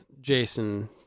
Jason